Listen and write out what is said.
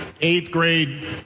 eighth-grade